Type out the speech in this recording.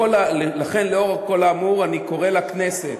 לאור כל האמור, אני קורא לכנסת,